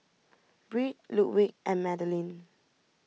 Britt Ludwig and Madilyn